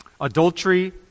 adultery